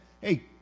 hey